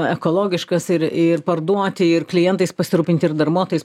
ekologiškas ir ir parduoti ir klientais pasirūpinti ir darbuotojais